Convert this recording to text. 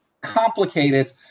complicated